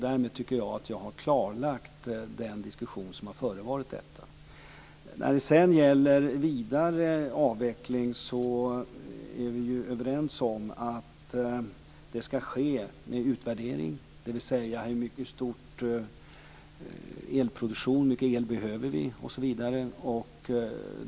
Därmed tycker jag att jag har klarlagt den diskussion som har förevarit detta. När det sedan gäller vidare avveckling är vi ju överens om att den skall ske med utvärdering - hur stor elproduktion vi behöver osv.